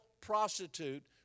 prostitute